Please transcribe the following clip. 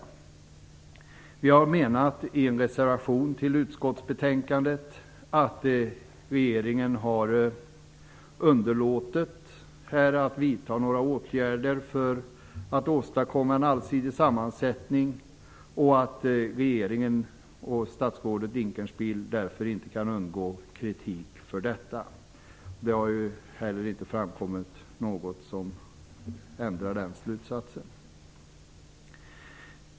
I en reservation till utskottsbetänkandet menar vi att regeringen här har underlåtit att vidta några åtgärder för att åstadkomma en allsidig sammansättning och att regeringen och statsrådet Dinkelspiel därför inte kan undgå kritik för detta. Det har inte heller framkommit något som ändrar den slutsatsen.